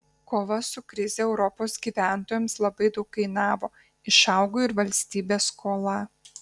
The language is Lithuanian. kova su krize europos gyventojams labai daug kainavo išaugo ir valstybės skola